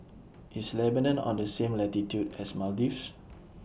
IS Lebanon on The same latitude as Maldives